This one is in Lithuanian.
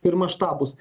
ir maštabus